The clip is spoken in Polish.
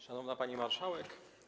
Szanowna Pani Marszałek!